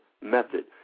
method